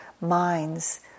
minds